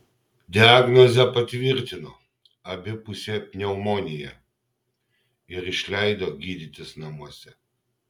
diagnozę patvirtino abipusė pneumonija ir išleido gydytis namuose